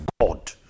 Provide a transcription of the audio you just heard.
God